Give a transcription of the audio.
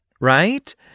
right